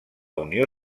unió